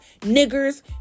niggers